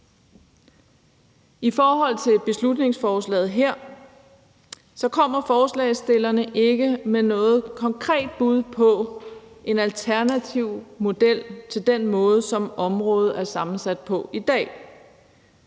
til det. I beslutningsforslaget her kommer forslagsstillerne ikke med noget konkret bud på en alternativ model til den måde, som området er sammensat på i dag.